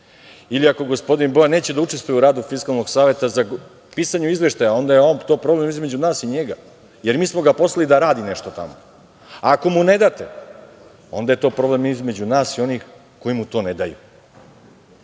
Ili ako gospodin Bojan neće da učestvuje u radu Fiskalnog saveta za pisanje izveštaja onda je to problem između nas i njega jer mi smo ga poslali da radi nešto tamo. Ako mu ne date, onda je to problem između nas i onih koji mu to ne daju,